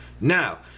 Now